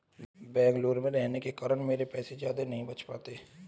बेंगलुरु में रहने के कारण मेरे पैसे ज्यादा नहीं बच पाते